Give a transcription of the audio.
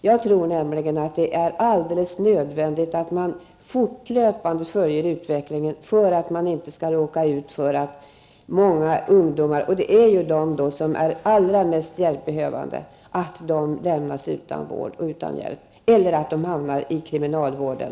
Jag tror nämligen att det är alldeles nödvändigt att man fortlöpande följer utvecklingen för att man inte skall råka ut för att många ungdomar -- de som är allra mest hjälpbehövande -- lämnas utan vård och hjälp eller helt felaktigt hamnar i kriminalvården.